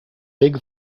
big